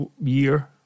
year